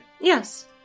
Yes